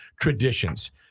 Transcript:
traditions